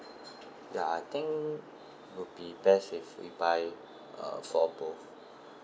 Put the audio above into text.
ya I think would be best if we buy uh for both